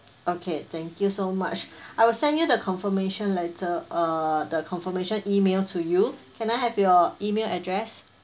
okay thank you so much I will send you the confirmation letter uh the confirmation email to you can I have your email address